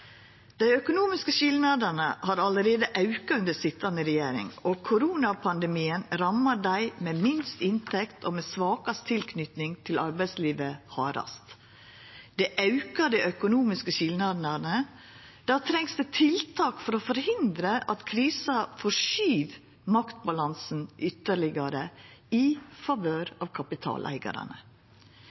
Dei økonomiske skilnadene har allereie auka under den sitjande regjeringa, og koronapandemien rammar dei med minst inntekt og svakast tilknyting til arbeidslivet hardast. Det aukar dei økonomiske skilnadene, og då trengst det tiltak for å forhindra at krisa forskyv maktbalansen ytterlegare – i favør av kapitaleigarane.